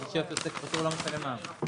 עוסק פטור לא משלם מע"מ.